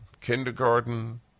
kindergarten